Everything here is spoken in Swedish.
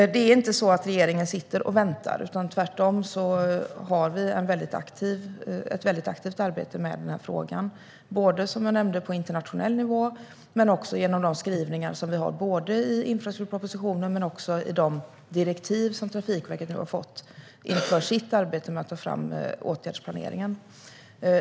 Regeringen sitter inte bara och väntar. Det pågår tvärtom ett väldigt aktivt arbete i frågan. Det gäller dels på internationell nivå, dels med de skrivningar vi har i infrastrukturpropositionen och i de direktiv som Trafikverket har fått inför sitt arbete med att ta fram åtgärdsplaneringen.